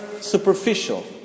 superficial